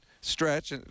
stretch